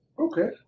Okay